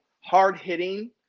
hard-hitting